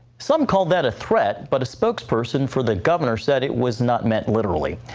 some call that a threat, but a spokesperson for the governor said it was not meant literally.